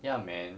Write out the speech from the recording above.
ya man